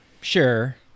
Sure